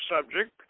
subject